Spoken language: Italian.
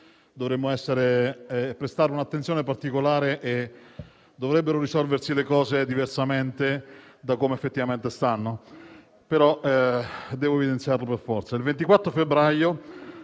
dovremmo prestare un'attenzione particolare e le cose dovrebbero risolversi diversamente da come effettivamente stanno,